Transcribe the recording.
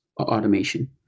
automation